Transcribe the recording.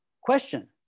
question